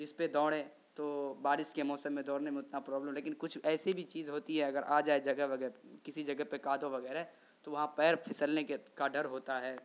جس پہ دوڑیں تو بارش کے موسم میں دوڑنے میں اتنا پرابلم لیکن کچھ ایسی بھی چیز ہوتی ہے اگر آ جائے جگہ وگہ کسی جگہ پہ کادوں وغیرہ تو وہاں پیر پھسلنے کے کا ڈر ہوتا ہے